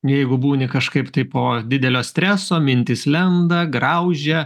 jeigu būni kažkaip tai po didelio streso mintys lenda graužia